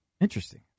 Interesting